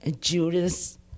Judas